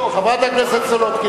חברת הכנסת סולודקין,